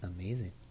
Amazing